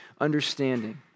understanding